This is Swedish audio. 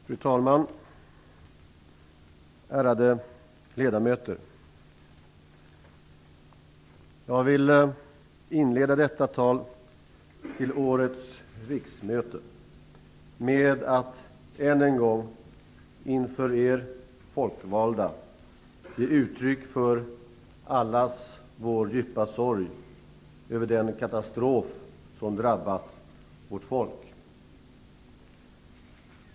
Fru talman! Ärade ledamöter! Jag vill inleda detta tal till årets riksmöte med att än en gång inför er folkvalda ge uttryck för allas vår djupa sorg över den katastrof som drabbat vårt folk.